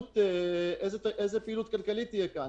איזו פעילות כלכלית תהיה כאן?